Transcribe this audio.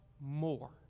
more